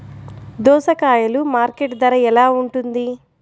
దోసకాయలు మార్కెట్ ధర ఎలా ఉంటుంది?